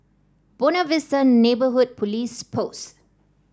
Buona Vista Neighbourhood Police Post